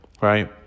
right